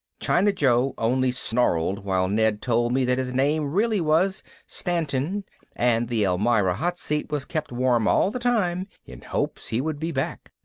china joe only snarled while ned told me that his name really was stantin and the elmira hot seat was kept warm all the time in hopes he would be back.